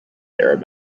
arab